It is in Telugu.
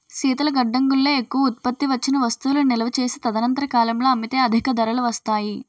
శీతల గడ్డంగుల్లో ఎక్కువ ఉత్పత్తి వచ్చిన వస్తువులు నిలువ చేసి తదనంతర కాలంలో అమ్మితే అధిక ధరలు వస్తాయి